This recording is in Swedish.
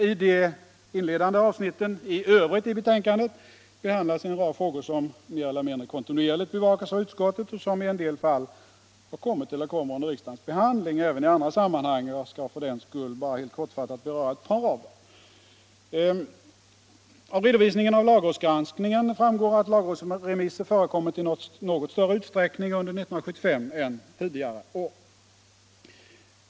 I de inledande avsnitten f.ö. i betänkandet behandlas en rad frågor som mer eller mindre kontinuerligt bevakas av utskottet och som i en del fall har kommit eller kommer under riksdagens behandling även i andra sammanhang. Jag skall för den skull bara helt kortfattat beröra ett par av dem. Av redovisningen av lagrådsgranskningen framgår att lagrådsremisser förekommit i något större utsträckning under 1975 än tidigare år.